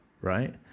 right